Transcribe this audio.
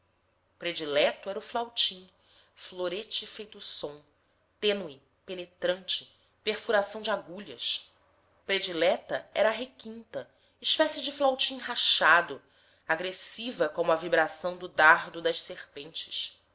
predileto era o flautim florete feito som tênue penetrante perfuração de agulhas predileta era a requinta espécie de flautim rachado agressiva como a vibração do dardo das serpentes